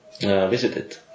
visited